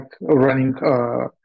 running